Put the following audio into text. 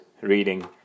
Reading